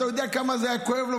אתה יודע כמה זה היה כואב לו,